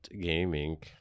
gaming